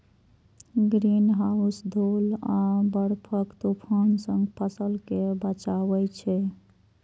greenhouse धूल आ बर्फक तूफान सं फसल कें बचबै छै